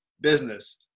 business